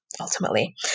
ultimately